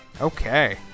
Okay